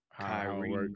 Kyrie